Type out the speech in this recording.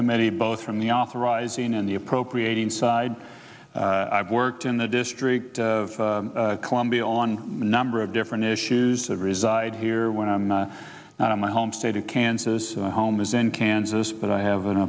subcommittee both from the authorizing and the appropriating side i've worked in the district of columbia on a number of different issues that reside here when i'm on my home state of kansas home is in kansas but i have an